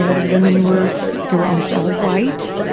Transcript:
yeah the women were they were almost all white.